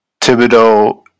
Thibodeau